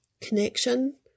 connection